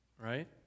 right